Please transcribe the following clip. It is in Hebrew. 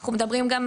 אנחנו מדברים גם,